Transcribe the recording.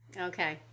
Okay